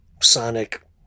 sonic